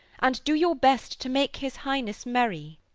and do your best to make his highness merry.